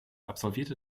absolvierte